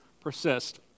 persist